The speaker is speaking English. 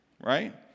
right